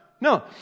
no